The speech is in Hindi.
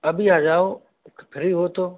अभी आ जाओ फ़्री हो तो